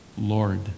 Lord